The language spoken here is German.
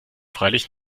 freilich